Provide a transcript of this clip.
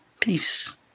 Peace